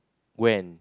when